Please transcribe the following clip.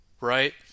right